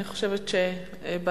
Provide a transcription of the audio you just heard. אני חושבת שבהצבעה,